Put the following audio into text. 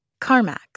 CarMax